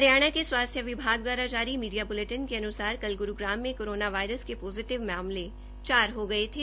हरियाणा के स्वास्थ्य विभाग दवारा जारी मीडिया ब्लेटिन के अन्सार कल ग्रूग्राम में कोरोना वायरस के पोजीटिव मामले चार हो गये थे